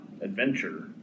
adventure